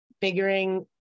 figuring